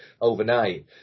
overnight